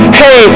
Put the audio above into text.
hey